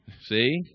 see